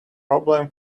problem